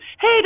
hey